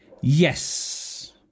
Yes